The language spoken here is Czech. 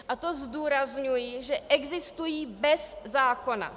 A to zdůrazňuji, že existují bez zákona.